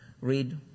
read